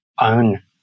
own